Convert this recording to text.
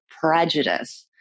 prejudice